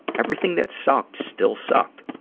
everything that sucked still sucked,